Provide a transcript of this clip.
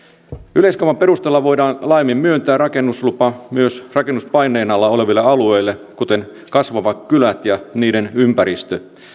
yleiskaavan perusteella voidaan laajemmin myöntää rakennuslupa myös rakennuspaineen alla oleville alueille kuten kasvavat kylät ja niiden ympäristö